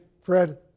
Fred